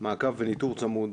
מעקב וניטור צמוד,